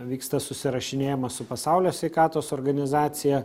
vyksta susirašinėjimas su pasaulio sveikatos organizacija